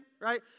right